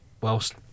whilst